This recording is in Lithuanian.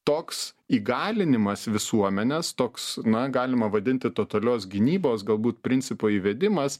toks įgalinimas visuomenės toks na galima vadinti totalios gynybos galbūt principo įvedimas